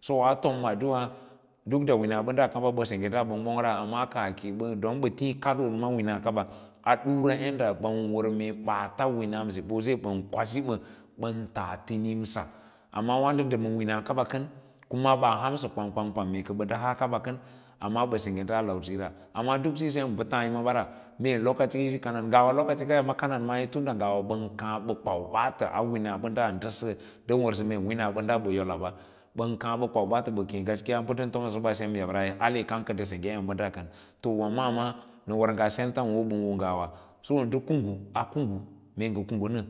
So atom adduꞌa duk da wina bədaa kaba ɓə sengge das bong ɓong ra amma kaah ki yi bə don ɓə tiĩ kalɗoun ma winɛ kaba yaɗa bən wər ɓaats winsmse bose bən kwabi bə ɓən tas tinima amma waãɗo ni ma winakaɓa kən ila hansə kwang kwang pam kam kə bə ndə haa mana kən pə ɓə sengga lausiyo ra waãɗo fiyo sem bə taã yəma ra mee lokaci isi kanan, ngawa lokaco kaya yi kanan ma ai tun da ngawa bən kaã ɓə kwau ɓaatə a winabəd ndə sə nn wərsən wina ɓəda ɓə yola wa ɓən kaã ɓə kwai ɓaatə ɓə keẽ gns kiya a ɓə nɗən tomsə səba sem yabra ale kam kə ndə sengge enbəɗa kən to wà maawâ nə wər ngaa sentam wo ɓən wo ngawa avuwa a kunggu mee ngə kungu nə